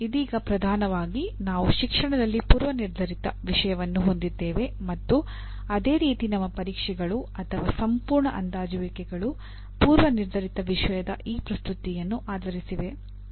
ಇದೀಗ ಪ್ರಧಾನವಾಗಿ ನಾವು ಶಿಕ್ಷಣದಲ್ಲಿ ಪೂರ್ವನಿರ್ಧರಿತ ವಿಷಯವನ್ನು ಹೊಂದಿದ್ದೇವೆ ಮತ್ತು ಅದೇ ರೀತಿ ನಮ್ಮ ಪರೀಕ್ಷೆಗಳು ಅಥವಾ ಸಂಪೂರ್ಣ ಅಂದಾಜುವಿಕೆಗಳು ಪೂರ್ವನಿರ್ಧರಿತ ವಿಷಯದ ಈ ಪ್ರಸ್ತುತಿಯನ್ನು ಆಧರಿಸಿವೆ ಮತ್ತು ಅಲ್ಲಿಯೇ ಸಮಸ್ಯೆ ಬರುತ್ತದೆ